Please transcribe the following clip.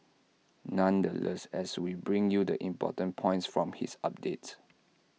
nonetheless as we bring you the important points from his updates